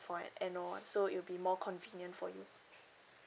for an annual one so it will be more convenient for you